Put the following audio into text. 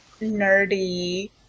nerdy